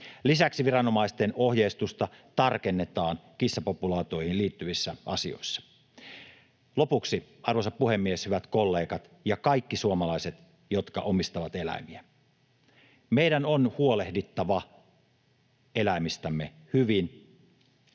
Lisäksi viranomaisten ohjeistusta tarkennetaan kissapopulaatioihin liittyvissä asioissa. Lopuksi, arvoisa puhemies, hyvät kollegat ja kaikki suomalaiset, jotka omistavat eläimiä: Meidän on huolehdittava eläimistämme hyvin